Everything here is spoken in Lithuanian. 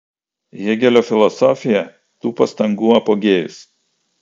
hėgelio filosofija tų pastangų apogėjus